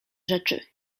rzeczy